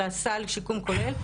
אלא סל שיקום כולל,